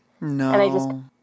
No